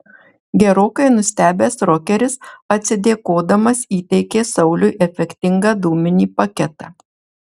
gerokai nustebęs rokeris atsidėkodamas įteikė sauliui efektingą dūminį paketą